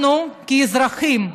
אנחנו כאזרחים,